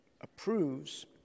approves